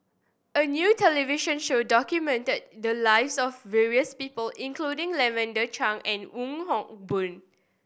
a new television show documented the lives of various people including Lavender Chang and Wong Hock Boon